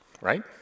right